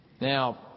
Now